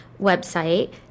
website